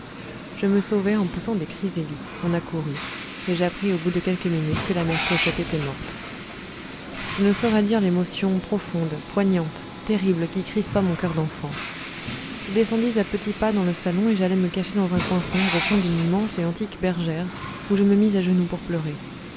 je me sauvai en poussant des cris aigus on accourut et j'appris au bout de quelques minutes que la mère clochette était morte je ne saurais dire l'émotion profonde poignante terrible qui crispa mon coeur d'enfant je descendis à petits pas dans le salon et j'allai me cacher dans un coin sombre au fond d'une immense et antique bergère où je me mis à genoux pour pleurer